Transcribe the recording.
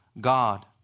God